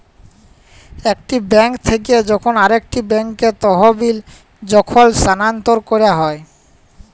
একটি বেঙ্ক থেক্যে যখন আরেকটি ব্যাঙ্কে তহবিল যখল স্থানান্তর ক্যরা হ্যয়